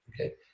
okay